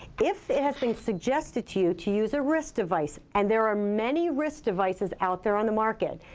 if it has been suggested to you to use a wrist device, and there are many wrist devices out there on the market,